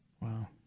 Wow